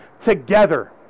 together